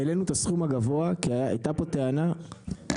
העלינו את הסכום הגבוה כי הייתה פה טענה של